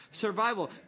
survival